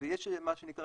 ויש מה שנקרא